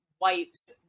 wipes